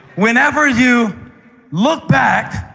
whenever you look back.